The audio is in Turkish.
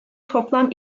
toplam